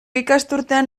ikasturtean